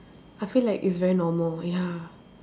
I feel like it's very normal ya